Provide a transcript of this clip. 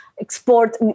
Export